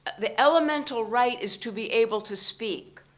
the elemental right is to be able to speak.